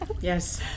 Yes